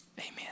amen